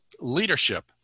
leadership